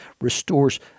restores